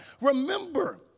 Remember